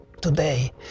today